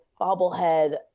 bobblehead